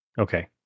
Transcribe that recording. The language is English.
Okay